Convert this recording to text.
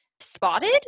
Spotted